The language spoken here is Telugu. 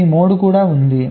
ఈ మోడ్ కూడా ఉంది